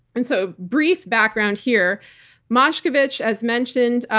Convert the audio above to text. and so brief background here mashkevich, as mentioned,